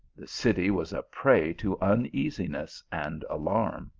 the city was a prey to uneasi ness and alarm.